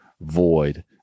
void